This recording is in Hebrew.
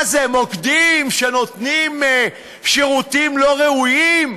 מה, זה מוקדים שנותנים שירותים לא ראויים?